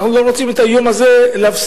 אמרו: לא רוצים את היום הזה להפסיד.